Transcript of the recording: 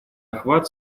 охват